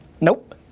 Nope